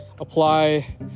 apply